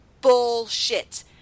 Bullshit